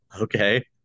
Okay